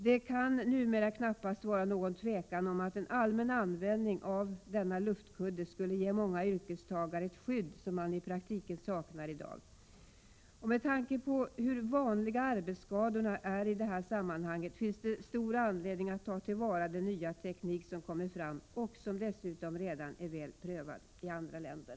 Det kan numera knappast vara något tvivel om att en allmän användning av luftkudden skulle ge många yrkestagare ett skydd som de i dag i praktiken saknar. Med tanke på hur vanliga arbetsskadorna i det här sammanhanget är finns det stor anledning att ta till vara den nya teknik som utvecklats och som dessutom redan är väl prövad i andra länder.